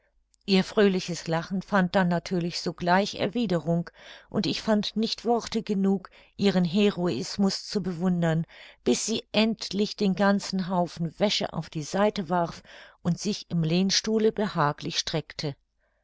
ihr fröhliches lachen fand dann natürlich sogleich erwiederung und ich fand nicht worte genug ihren heroismus zu bewundern bis sie endlich den ganzen haufen wäsche auf die seite warf und sich im lehnstuhle behaglich streckte